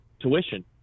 tuition